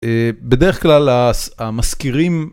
בדרך כלל המשכירים...